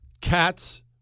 cats